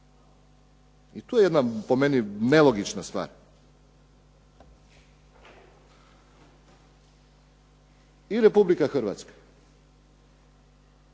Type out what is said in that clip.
I tu je jedna po meni nelogična stvar. I Republika Hrvatska